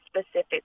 specific